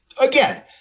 again